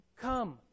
come